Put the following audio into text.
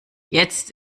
jetzt